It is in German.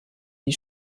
die